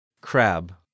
Crab